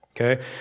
Okay